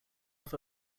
off